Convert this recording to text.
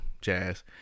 Jazz